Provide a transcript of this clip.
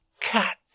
cat